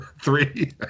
three